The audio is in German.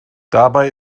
dabei